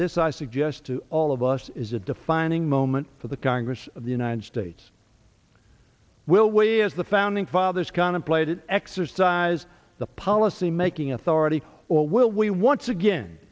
this i suggest to all of us is a defining moment for the congress of the united states will weigh as the founding fathers contemplated exercise the policy making authority or will we once again